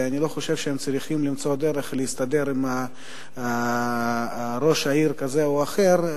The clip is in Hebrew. ואני לא חושב שהם צריכים למצוא דרך להסתדר עם ראש עיר כזה או אחר,